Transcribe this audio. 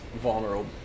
vulnerable